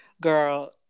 girl